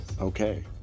Okay